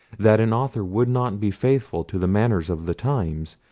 that an author would not be faithful to the manners of the times,